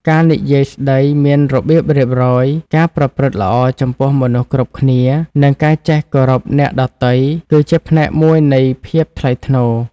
ការនិយាយស្តីមានរបៀបរៀបរយ ការប្រព្រឹត្តល្អចំពោះមនុស្សគ្រប់គ្នា និងការចេះគោរពអ្នកដទៃ គឺជាផ្នែកមួយនៃភាពថ្លៃថ្នូរ។